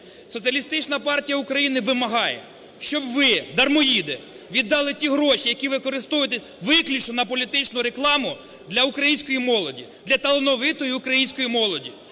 Соціалістична партія України вимагає, щоб ви, дармоїди, віддали ті гроші, які використовуєте виключно на політичну рекламу, для української молоді, для талановитої української молоді,